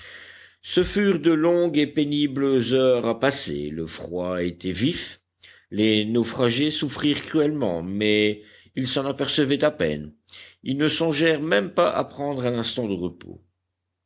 ce furent de longues et pénibles heures à passer le froid était vif les naufragés souffrirent cruellement mais ils s'en apercevaient à peine ils ne songèrent même pas à prendre un instant de repos